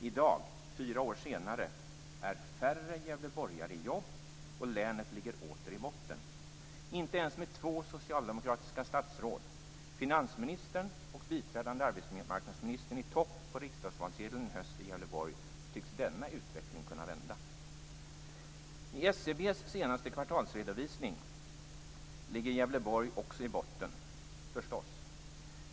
I dag, fyra år senare, är färre gävleborgare i jobb, och länet ligger åter i botten. Inte ens med två socialdemokratiska statsråd - finansministern och biträdande arbetsmarknadsministern - i topp på riksdagsvalssedeln för Gävleborg i höst tycks denna utveckling kunna vända. I SCB:s senaste kvartalsredovisning ligger Gävleborg också i botten, förstås.